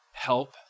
help